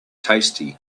tasty